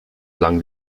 lang